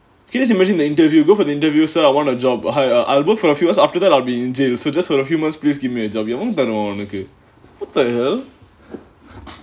can you just imagine the interview go for the interview sir I want a job hi err I'll work for a few years after that I'll be in jail so just for a few months please give me a job எவன் தருவான் உனக்கு:evan tharuvaan unnakku what the hell